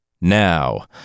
Now